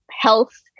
health